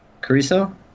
Caruso